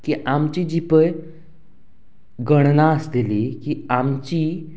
की आमची जी पय गणना आसतली की आमची